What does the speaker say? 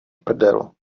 prdel